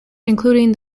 including